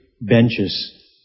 benches